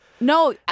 No